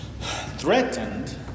threatened